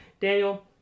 Daniel